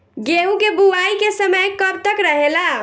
गेहूँ के बुवाई के समय कब तक रहेला?